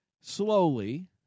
slowly